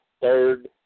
third